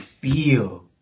feel